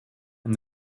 and